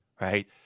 right